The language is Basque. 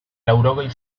laurogei